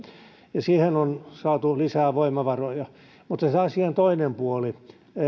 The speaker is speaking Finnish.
ja niihin on saatu lisää voimavaroja mutta se se asian toinen puoli